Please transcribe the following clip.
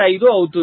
5 అవుతుంది